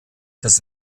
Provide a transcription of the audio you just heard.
das